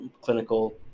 clinical